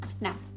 now